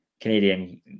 canadian